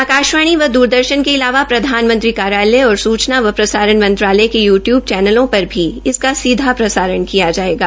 आकाशवाणी व द्रदर्शन के अलावा प्रधानमंत्री कार्यालय और सुचना और प्रसारण मंत्रालय के यूट्यूब चैनलों पर भी इसका सीधा प्रसारण किया जायेगा